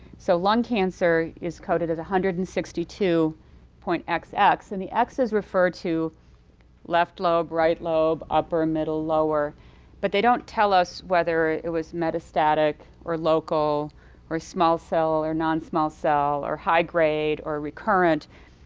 so lung cancer is coded as a one hundred and sixty two point zero xx and the x is referred to left lobe, right lobe, upper or middle, lower but they don't tell us whether it was metastatic or local or small cell or non-small cell or high grade or recurrent,